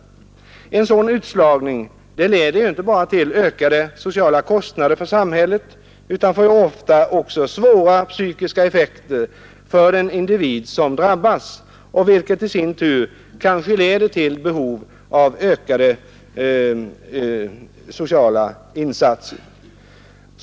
En sådan utslagning leder inte bara till ökade sociala kostnader för samhället utan får ofta också svåra psykiska effekter för den individ som drabbas, vilket i sin tur kanske leder till behov av ytterligare ökade sociala insatser.